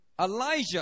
Elijah